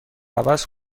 عوض